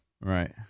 Right